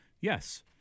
yes